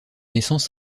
essence